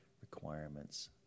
requirements